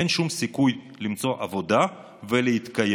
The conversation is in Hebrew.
אין שום סיכוי למצוא עבודה ולהתקיים.